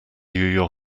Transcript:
your